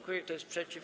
Kto jest przeciw?